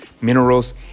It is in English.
minerals